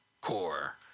Core